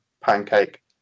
pancake